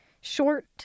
Short